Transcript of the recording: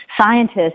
scientists